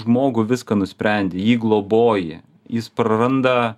žmogų viską nusprendi jį globoji jis praranda